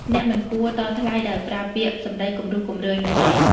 អ្នកមិនគួរតថ្លៃដោយប្រើពាក្យសំដីគំរោះគំរើយនោះទេ។